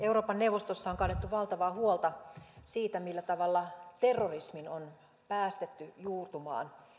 euroopan neuvostossa on kannettu valtavaa huolta siitä millä tavalla terrorismi on päästetty juurtumaan